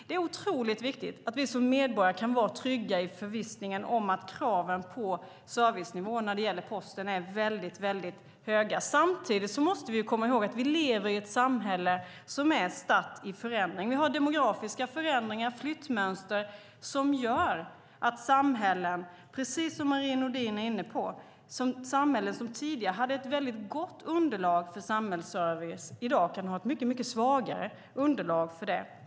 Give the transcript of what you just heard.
Det är otroligt viktigt att vi som medborgare kan vara trygga i förvissningen om att kraven på servicenivå när det gäller Posten är väldigt höga. Samtidigt måste vi komma ihåg att vi lever i ett samhälle som är i stark förändring. Demografiska förändringar och flyttmönster gör att samhällen, precis som Marie Nordén är inne på, som tidigare hade ett gott underlag för samhällsservice i dag kan ha ett mycket svagare underlag för det.